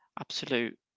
absolute